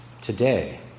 today